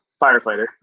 firefighter